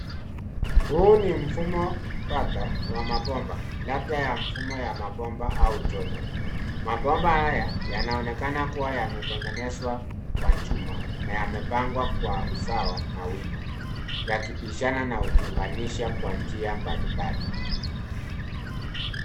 Huu ni mfumo tata wa mabomba labda ya mfumo ya mabomba au joto. Mabomba haya yanaonekana kuwa yametengenezwa kwa chuma na yamepangwa kwa usawa na wima yakipishana na kuunganisha kwa njia mbalimbali.